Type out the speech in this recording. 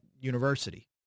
university